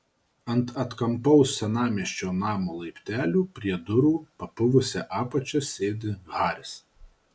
ant atkampaus senamiesčio namo laiptelių prie durų papuvusia apačia sėdi haris